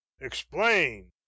explain